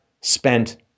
spent